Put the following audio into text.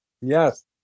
Yes